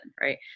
right